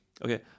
Okay